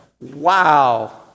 wow